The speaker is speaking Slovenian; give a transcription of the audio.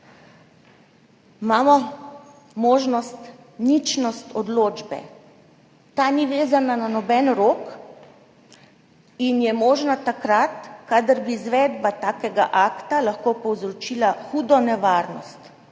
Imamo možnost ničnosti odločbe. Ta ni vezana na noben rok in je možna takrat, kadar bi izvedba takega akta lahko povzročila hudo nevarnost,